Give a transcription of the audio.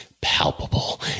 palpable